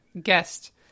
guest